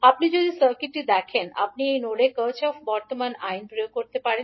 আপনি যদি সার্কিটটি দেখেন আপনি এই নোডে কার্চফ বর্তমান আইন Node Kirchoff's Current lawপ্রয়োগ করতে পারেন